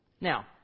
Now